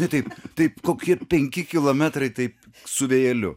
na taip taip kokie penki kilometrai taip su vėjeliu